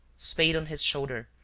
spade on his shoulder,